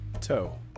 Toe